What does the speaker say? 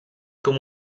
com